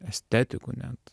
estetikų net